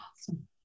Awesome